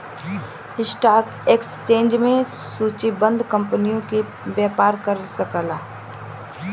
stock exchange में सूचीबद्ध company ही व्यापार कर सकला